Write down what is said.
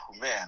Man